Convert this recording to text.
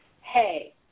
hey